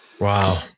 wow